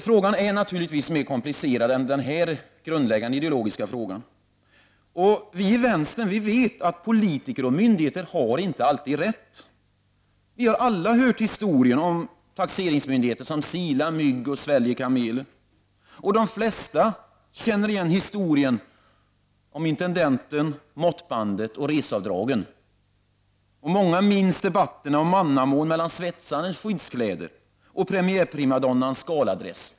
Frågan är naturligtvis mer komplicerad än den här grundläggande ideologiska frågan. Vi i vänstern vet att politiker och myndigheter inte alltid har rätt. Vi har alla hört historier om taxeringsmyndigheter som silar mygg och sväljer kameler. De flesta känner igen historien om intendenten, måttbandet och reseavdragen. Många minns debatten om mannamån mellan svetsarens skyddskläder och premiärprimadonnans galadress.